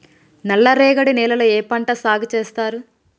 నల్లరేగడి నేలల్లో ఏ పంట సాగు చేస్తారు?